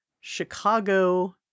Chicago